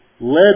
Led